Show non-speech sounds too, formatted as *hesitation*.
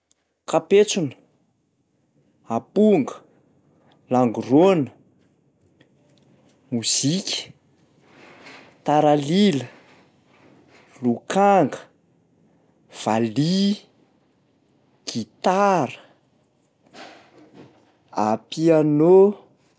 Kapentsona, amponga, langorôna, mozika, taralila, lokanga, valiha, gitara, *noise* *hesitation* piano.